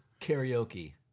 karaoke